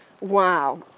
Wow